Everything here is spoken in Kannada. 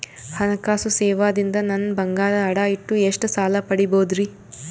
ಹಣಕಾಸು ಸೇವಾ ದಿಂದ ನನ್ ಬಂಗಾರ ಅಡಾ ಇಟ್ಟು ಎಷ್ಟ ಸಾಲ ಪಡಿಬೋದರಿ?